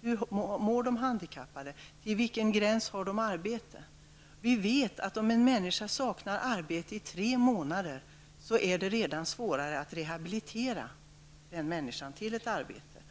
hur de handikappade mår och i vilken omfattning de har arbete. Vi vet att om en människa saknar arbete i tre månader har det av olika skäl redan blivit svårare att rehabilitera den människan till ett arbete.